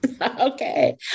Okay